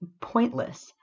Pointless